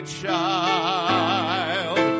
child